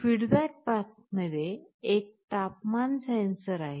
feedback path मध्ये एक तापमान सेन्सर असेल